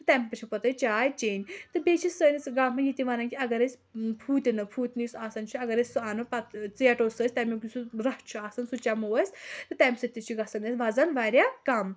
تَمہِ پَتہٕ چھَو تۄہہِ چاے چیٚنۍ تہٕ بیٚیہِ چھِ سٲنِس گامَس یہِ تہِ وَنان کہِ اَگر أسۍ فوٗتنٕۍ فوٗتنٕۍ یُس آسان چھُ اَگر أسۍ سُہ انو پَتہٕ ژیٹو سُہ أسۍ تَمیُک یُس سُہ رس چھُ آسان سُہ چیٚمو أسۍ تہٕ تَمہِ سۭتۍ تہِ چھُ گژھان اَسہِ وَزن واریاہ کَم